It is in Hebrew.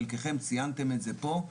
חלקכם ציינתם את זה פה.